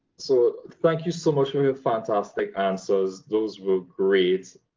so thank you so much for your fantastic answers. those were great!